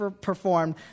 performed